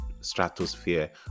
stratosphere